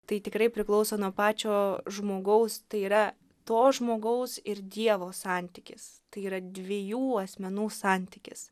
tai tikrai priklauso nuo pačio žmogaus tai yra to žmogaus ir dievo santykis tai yra dviejų asmenų santykis